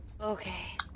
Okay